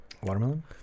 Watermelon